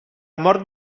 mort